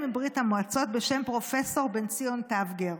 מברית המועצות בשם פרופ' בן ציון טבגר.